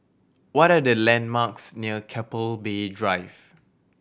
what are the landmarks near Keppel Bay Drive